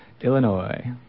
Illinois